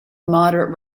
moderate